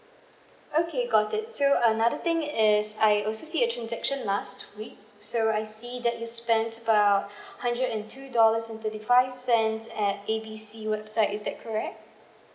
okay got it so another thing is I also see a transaction last week so I see that you spent um about hundred and two dollars and thirty five cents at A B C website is that correct